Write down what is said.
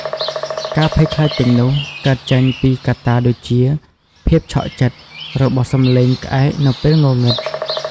ការភ័យខ្លាចទាំងនោះកើតចេញពីកត្តាដូចជាភាពឆក់ចិត្តរបស់សំឡេងក្អែកនៅពេលងងឹត។